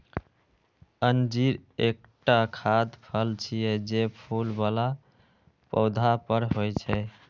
अंजीर एकटा खाद्य फल छियै, जे फूल बला पौधा पर होइ छै